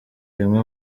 rimwe